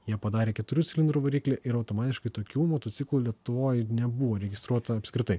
jie padarė keturių cilindrų variklį ir automatiškai tokių motociklų lietuvoj nebuvo registruota apskritai